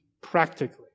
practically